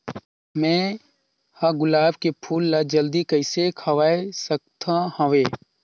मैं ह गुलाब के फूल ला जल्दी कइसे खवाय सकथ हवे?